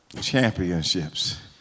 championships